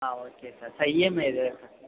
ஆ okay sir sir EMI எதுவும் இருக்கா sir